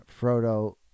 Frodo